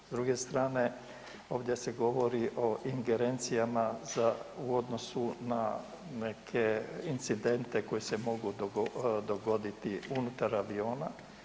S druge strane ovdje se govori o ingerencijama u odnosu na neke incidente koji se mogu dogoditi unutar aviona.